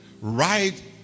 right